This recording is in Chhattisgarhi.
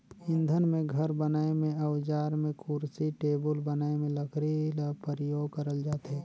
इंधन में, घर बनाए में, अउजार में, कुरसी टेबुल बनाए में लकरी ल परियोग करल जाथे